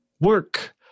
work